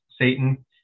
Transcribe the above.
Satan